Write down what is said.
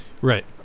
right